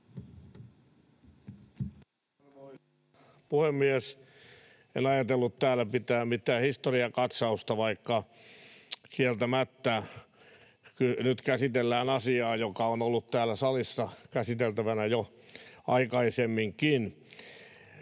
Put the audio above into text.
puhemies! En ajatellut täällä pitää mitään historiakat-sausta, vaikka kieltämättä nyt käsitellään asiaa, joka on ollut täällä salissa käsiteltävänä jo aikaisemminkin.